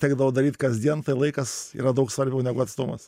tekdavo daryt kasdien tai laikas yra daug svarbiau negu atstumas